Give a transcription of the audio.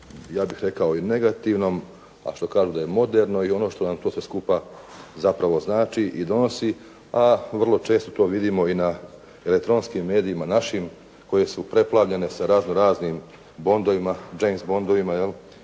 ja bih rekla i negativnom, a što kažu da je moderno, i ono što nam sve to skupa zapravo znači i donosi a vrlo često to vidimo i na elektronskim medijima, našim koje su preplavljene sa razno raznim Bondovima, James Bondovima, je